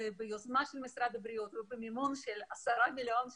ביוזמת משרד הבריאות ובמימון של 10 מיליון שקלים,